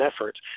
effort